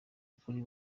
ukuri